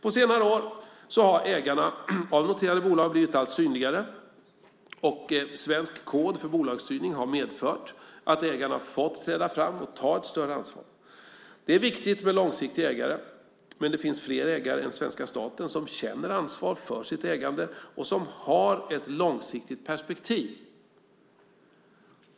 På senare år har ägarna av noterade bolag blivit allt synligare, och Svensk kod för bolagsstyrning har medfört att ägarna fått träda fram och ta ett större ansvar. Det är viktigt med långsiktiga ägare, men det finns fler ägare än svenska staten som känner ett ansvar för sitt ägande och som har ett långsiktigt perspektiv.